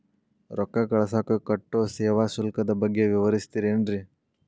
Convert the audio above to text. ರೊಕ್ಕ ಕಳಸಾಕ್ ಕಟ್ಟೋ ಸೇವಾ ಶುಲ್ಕದ ಬಗ್ಗೆ ವಿವರಿಸ್ತಿರೇನ್ರಿ?